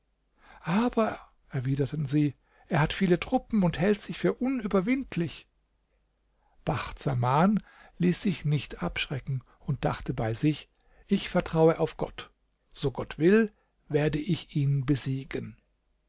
aber erwiderten sie er hat viele truppen und hält sich für unüberwindlich bacht saman ließ sich nicht abschrecken und dachte bei sich ich vertraue auf gott so gott will werde ich ihn besiegen